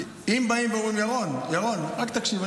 אם באים ואומרים, ירון, ירון, רק תקשיב.